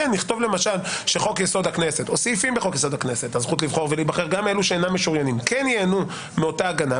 שנכתוב שחוק-יסוד: הכנסת או סעיפים בחוק-יסוד: הכנסת ייהנו מאותה ההגנה,